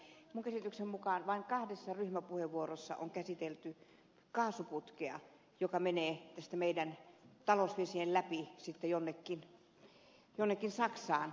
minun käsitykseni mukaan vain kahdessa ryhmäpuheenvuorossa on käsitelty kaasuputkea joka menee meidän talous ja vesialueittemme läpi jonnekin saksaan